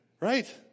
right